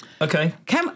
Okay